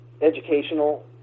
educational